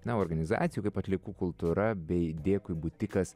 na organizacijų kaip atliekų kultūra bei dėkui butikas